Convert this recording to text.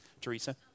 Teresa